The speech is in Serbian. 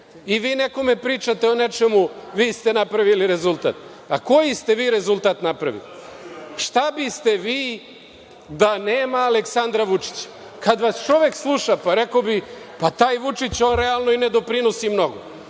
I vi nekome pričate o nečemu - vi ste napravili rezultat. Pa koji ste vi rezultat napravili? Šta bi ste vi da nema Aleksandra Vučića? Kada vas čovek sluša, rekao bi - pa, taj Vučić realno i ne doprinosi mnogo.